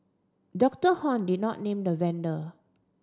Doctor Hon did not name the vendor